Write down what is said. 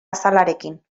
azalarekin